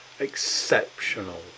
Exceptional